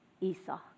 Esau